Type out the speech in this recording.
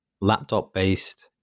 laptop-based